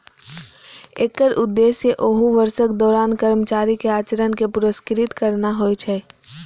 एकर उद्देश्य ओहि वर्षक दौरान कर्मचारी के आचरण कें पुरस्कृत करना होइ छै